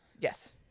yes